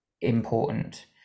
important